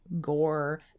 gore